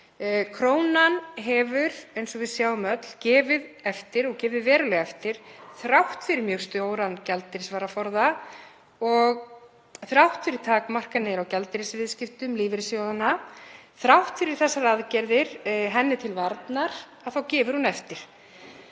Krónan hefur, eins og við sjáum öll, gefið verulega eftir þrátt fyrir mjög stóran gjaldeyrisvaraforða og þrátt fyrir takmarkanir á gjaldeyrisviðskiptum lífeyrissjóðanna. Þrátt fyrir þessar aðgerðir henni til varnar gefur hún eftir.